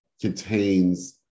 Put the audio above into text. contains